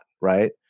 right